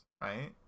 right